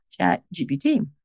ChatGPT